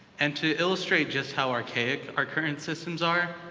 and to illustrate just how archaic our current systems are,